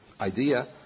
idea